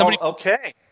Okay